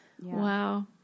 wow